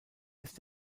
ist